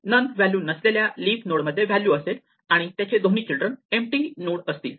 none value नसलेल्या leaf node मध्ये value असेल आणि त्याचे दोन्ही चिल्ड्रन एम्पटी नोड असतील